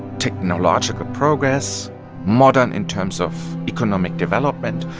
technological progress modern in terms of economic development.